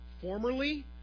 formerly